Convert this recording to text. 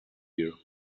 beer